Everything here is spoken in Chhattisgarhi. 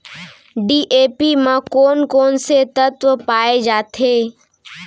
डी.ए.पी म कोन कोन से तत्व पाए जाथे?